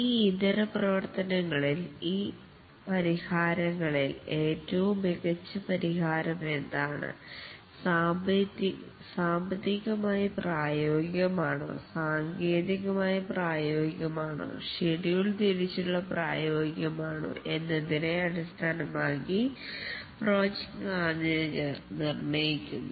ഈ ഇതര പ്രവർത്തനങ്ങളിൽ ഈ ഇതര പരിഹാരങ്ങളിൽ ഏറ്റവും മികച്ചപരിഹാരം എന്താണ് സാമ്പത്തികമായി പ്രായോഗികമാണോ സാങ്കേതികമായി പ്രായോഗികമാണോ ഷെഡ്യൂൾ തിരിച്ചുള്ള പ്രായോഗികമാണോ എന്നതിനെ അടിസ്ഥാനമാക്കി പ്രോജക്ട് മാനേജർ നിർണ്ണയിക്കുന്നു